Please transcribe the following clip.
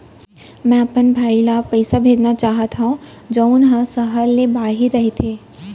मै अपन भाई ला पइसा भेजना चाहत हव जऊन हा सहर ले बाहिर रहीथे